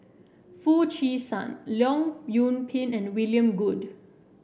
Foo Chee San Leong Yoon Pin and William Goode